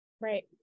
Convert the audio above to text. right